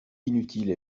inutile